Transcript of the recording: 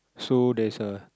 so there's a